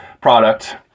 product